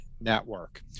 Network